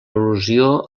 al·lusió